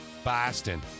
Boston